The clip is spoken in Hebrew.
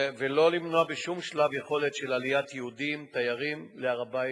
ולא למנוע בשום שלב יכולת של עליית יהודים ותיירים להר-הבית,